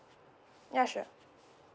ya sure